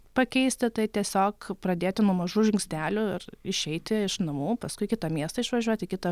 pakeisti tai tiesiog pradėti nuo mažų žingsnelių ir išeiti iš namų paskui į kitą miestą išvažiuoti į kitą